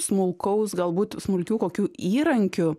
smulkaus galbūt smulkių kokių įrankių